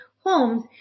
homes